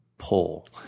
pull